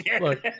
Look